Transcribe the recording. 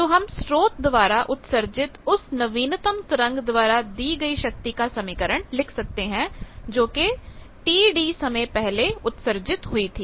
तो हम स्रोत द्वारा उत्सर्जित उस नवीनतम तरंग द्वारा दी गई शक्ति का समीकरण लिख सकते हैं जोकि t Td समय पहले उत्सर्जित हुई थी